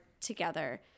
together